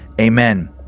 Amen